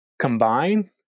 combine